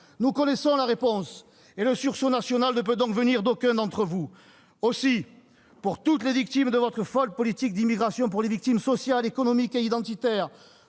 Nous connaissons la réponse, et le sursaut national ne peut donc venir d'aucun d'entre vous : aussi, pour toutes les victimes de votre folle politique d'immigration, pour les victimes sociales, économiques et identitaires,